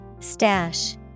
Stash